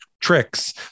tricks